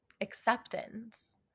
acceptance